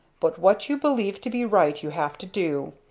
but what you believe to be right you have to do.